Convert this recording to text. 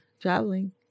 traveling